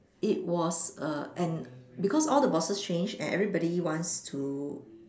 it was a and because all the bosses change and everybody wants to